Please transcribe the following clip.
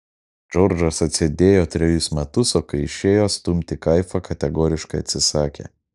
džordžas atsėdėjo trejus metus o kai išėjo stumti kaifą kategoriškai atsisakė